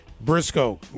Briscoe